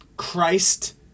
Christ